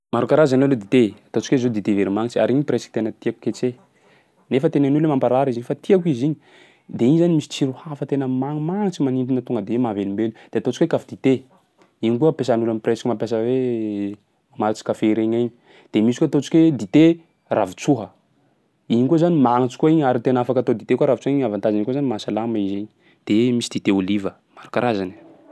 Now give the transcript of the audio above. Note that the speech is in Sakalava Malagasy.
Maro karazany aloha dite, ataontsika hoe zao dite veromagnitsy ary igny presque tena tiako ketseha nefa tenenin'olo hoe mamparary izy iny efa tiako izy igny. De igny zany misy tsiro hafa tena magnimagnitsy, manintona tonga de mahavelombelo. De ataontsika hoe kafy dite, iny koa ampiasan'olo presque mampiasa hoe matry kafe regny agny. De misy koa ataontsika hoe dite ravin-tsoha, iny koa zany magnitsy koa igny ary tena afaka atao dite koa ravin-tsoha igny, avantagen'igny koa zany mahasalama izy iny, de misy dite ôliva, maro karazany e.